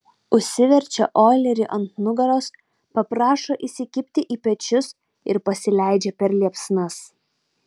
užsiverčia oilerį ant nugaros paprašo įsikibti į pečius ir pasileidžia per liepsnas